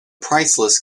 priceless